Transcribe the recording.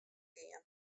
gien